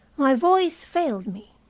my voice failed me.